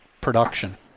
production